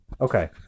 okay